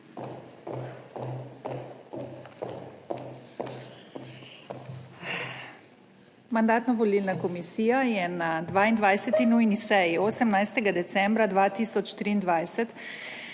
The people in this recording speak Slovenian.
Mandatno-volilna komisija je na 22. nujni seji 18. decembra 2023